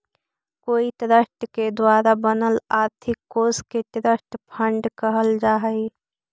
कोई ट्रस्ट के द्वारा बनल आर्थिक कोश के ट्रस्ट फंड कहल जा हई